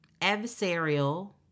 Adversarial